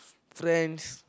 friends